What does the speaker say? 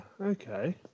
okay